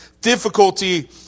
difficulty